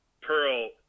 pearl